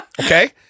Okay